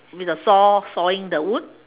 with the saw sawing the wood